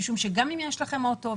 גם אם יש לכם אוטו,